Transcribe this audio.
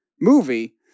movie